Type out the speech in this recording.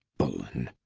bullen?